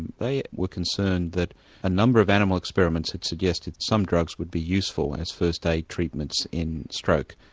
they were concerned that a number of animal experiments had suggested some drugs would be useful as first aid treatments in stroke,